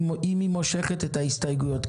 אם היא מושכת את ההסתייגויות,